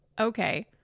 okay